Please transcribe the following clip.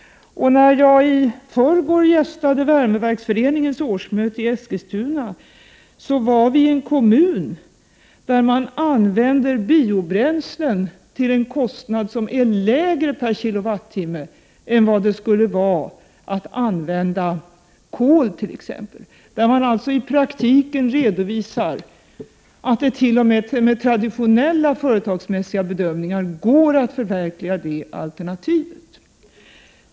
När jag i förrgår gästade Värmeverksföreningens årsmöte i Eskilstuna var vi i en kommun som använder biobränslen till en kostnad som är lägre per kilowattimme än det skulle vara att använda kol t.ex. I praktiken redovisar Eskilstuna alltså att det t.o.m. med traditionella företagsekonomiska bedömningar går att förverkliga det alternativet.